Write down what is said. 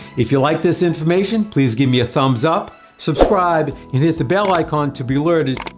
if you like this information, please give me a thumbs up, subscribe and hit the bell icon to be alerted